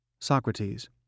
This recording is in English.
Socrates